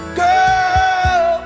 girl